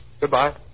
Goodbye